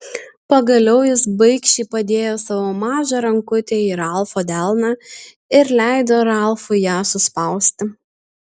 pagaliau jis baikščiai padėjo savo mažą rankutę į ralfo delną ir leido ralfui ją suspausti